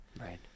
Right